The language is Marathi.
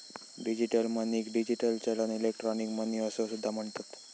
डिजिटल मनीक डिजिटल चलन, इलेक्ट्रॉनिक मनी असो सुद्धा म्हणतत